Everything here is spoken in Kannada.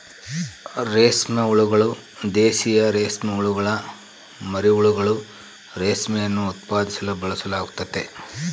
ರೇಷ್ಮೆ ಹುಳುಗಳು, ದೇಶೀಯ ರೇಷ್ಮೆಹುಳುಗುಳ ಮರಿಹುಳುಗಳು, ರೇಷ್ಮೆಯನ್ನು ಉತ್ಪಾದಿಸಲು ಬಳಸಲಾಗ್ತತೆ